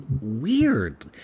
weird